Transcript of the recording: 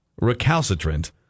Recalcitrant